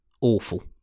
awful